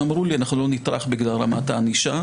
הם אמרו לי שהם לא יטרחו בגלל רמת הענישה.